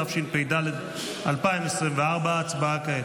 התשפ"ד 2024. הצבעה כעת.